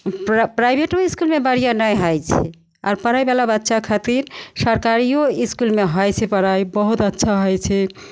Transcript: private प्राइवेटो इसकूलमे बढ़िआँ नहि होइ छै आओर पढ़ैवला बच्चा खातिर सरकारिओ इसकुलमे होइ छै पढ़ाइ बहुत अच्छा होइ छै